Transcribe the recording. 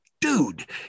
dude